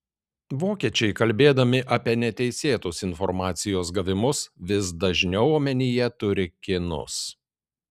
vokiečiai kalbėdami apie neteisėtus informacijos gavimus vis dažniau omenyje turi kinus